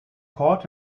called